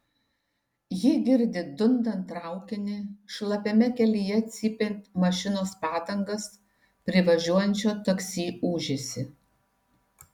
ji girdi dundant traukinį šlapiame kelyje cypiant mašinos padangas privažiuojančio taksi ūžesį